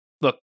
Look